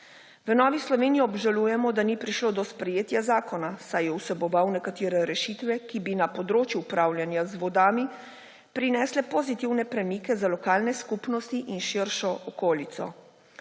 V Novi Sloveniji obžalujemo, da ni prišlo do sprejetja zakona, saj je vseboval nekatere rešitve, ki bi na področju upravljanja z vodami prinesle pozitivne premike za lokalne skupnosti in širšo okolico.